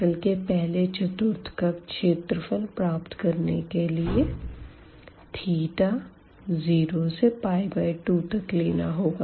circle के पहले quadrant का क्षेत्रफल प्राप्त करने के लिए θ0 to2 तक लेना होगा